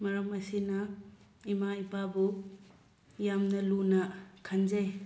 ꯃꯔꯝ ꯑꯁꯤꯅ ꯏꯃꯥ ꯏꯄꯥꯕꯨ ꯌꯥꯝꯅ ꯂꯨꯅ ꯈꯟꯖꯩ